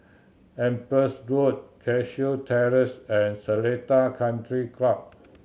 Empress Road Cashew Terrace and Seletar Country Club